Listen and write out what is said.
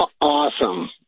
Awesome